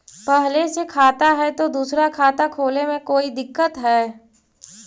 पहले से खाता है तो दूसरा खाता खोले में कोई दिक्कत है?